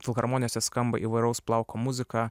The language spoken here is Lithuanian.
filharmonijose skamba įvairaus plauko muzika